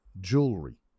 jewelry